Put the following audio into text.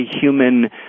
human